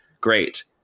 Great